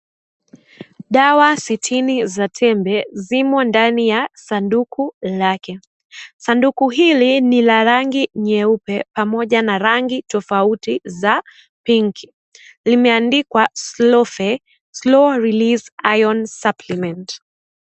Dawa sitini za tembe zimo ndani ya sanduku lake. Sanduku hili ni rangi nyeupe pamoja na rangi tofauti za pinki. Limeandikwe slow Fe, slow release iron supplement .